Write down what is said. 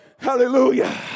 Hallelujah